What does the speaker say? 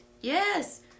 Yes